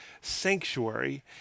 sanctuary